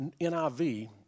NIV